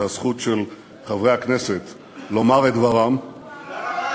הזכות של חברי הכנסת לומר את דברם ולהתערב,